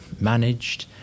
managed